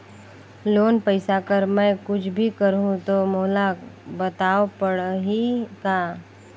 Loan पइसा कर मै कुछ भी करहु तो मोला बताव पड़ही का?